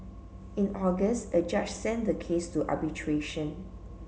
in August a judge sent the case to arbitration